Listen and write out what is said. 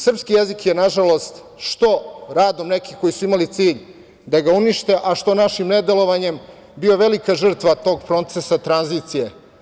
Srpski jezik je nažalost, što radom nekih koji su imali cilj da ga unište, a što našim ne delovanjem bio velika žrtva tog procesa tranzicije.